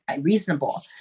reasonable